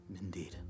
Indeed